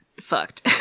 fucked